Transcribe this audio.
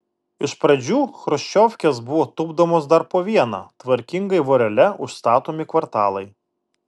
iš pradžių chruščiovkės buvo tupdomos dar po vieną tvarkingai vorele užstatomi kvartalai